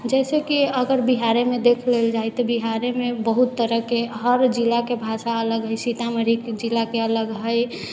जैसे कि अगर बिहारेमे देखि लेल जाइ तऽ बिहारेमे बहुत तरहके हर जिलाके भाषा अलग होइ छै सीतामढ़ी जिलाके अलग है